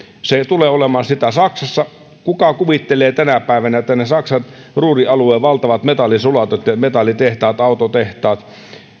se tulee olemaan sitä saksassa kuka kuvittelee tänä päivänä että ne ne saksan ruhrin alueen valtavat metallisulatot ja metallitehtaat autotehtaat